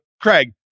Craig